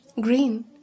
green